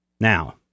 Now